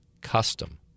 custom